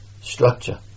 structure